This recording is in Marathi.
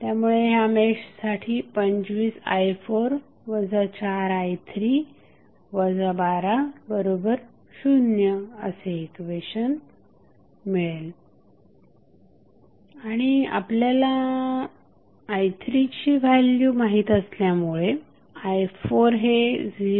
त्यामुळे ह्या मेशसाठी 25i4 4i3 120 असे इक्वेशन मिळेल आणि आपल्याला i3ची व्हॅल्यू माहित असल्यामुळे i4 हे 0